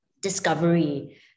discovery